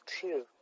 two